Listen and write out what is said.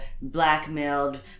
blackmailed